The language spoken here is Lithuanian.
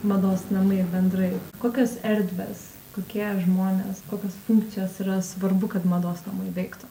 mados namai bendrai kokios erdvės kokie žmonės kokios funkcijos yra svarbu kad mados namai veiktų